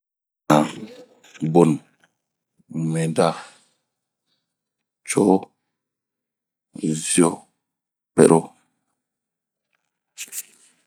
bonuh, mwinda ,coo, ŋioo, peroo,